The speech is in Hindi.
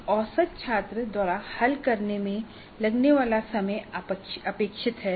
एक औसत छात्र द्वारा हल करने में लगने वाला समय अपेक्षित है